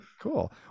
cool